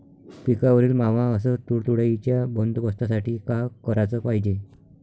पिकावरील मावा अस तुडतुड्याइच्या बंदोबस्तासाठी का कराच पायजे?